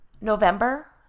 November